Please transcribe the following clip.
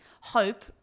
hope